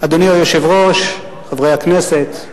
אדוני היושב-ראש, חברי הכנסת,